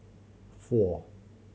four